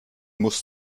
muss